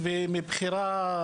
הם בוחרים לצאת לעבוד,